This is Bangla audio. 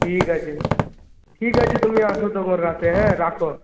ঠিক আছে ঠিক আছে তুমি আসো তখন রাতে হ্যাঁ রাখো